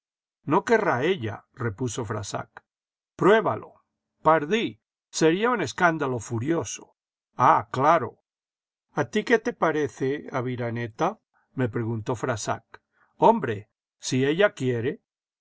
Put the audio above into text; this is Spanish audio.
no querrá ella repuso frassac pruébalo parda sería un escándalo furioso ah claro a ti que te parece aviraneta me preguntó frassac íhombre si ella quiere